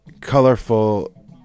colorful